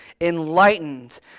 enlightened